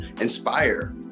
inspire